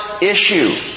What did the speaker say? issue